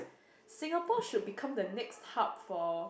Singapore should become the next hub for